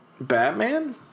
Batman